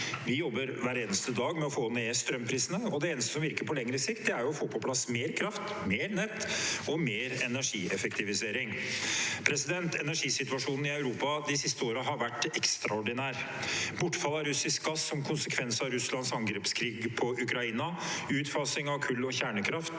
Vi jobber hver eneste dag med å få ned strømprisene, og det eneste som virker på lengre sikt, er å få på plass mer kraft, mer nett og mer energieffektivisering. Energisituasjonen i Europa de siste årene har vært ekstraordinær. Bortfallet av russisk gass som konsekvens av Russlands angrepskrig mot Ukraina og utfasing av kull og kjernekraft